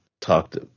talked